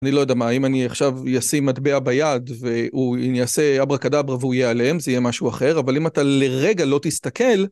אני לא יודע מה, אם אני עכשיו אשים מטבע ביד ואני אעשה אברה כדאברה והוא יעלם, זה יהיה משהו אחר, אבל אם אתה לרגע לא תסתכל...